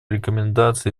рекомендаций